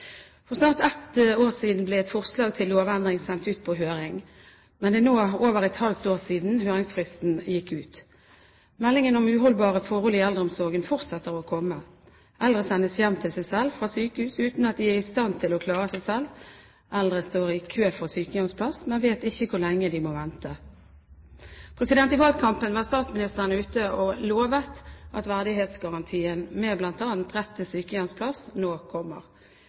For snart ett år siden ble et forslag til lovendring sendt ut på høring, men det er nå over et halvt år siden høringsfristen gikk ut. Meldingen om uholdbare forhold i eldreomsorgen fortsetter å komme. Eldre sendes hjem til seg selv fra sykehus uten at de er i stand til å klare seg selv, eldre står i kø for sykehjemsplass, men vet ikke hvor lenge de må vente. I valgkampen var statsministeren ute og lovet at verdighetsgarantien med bl.a. rett til sykehjemsplass nå kommer.